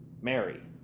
Mary